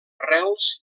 rels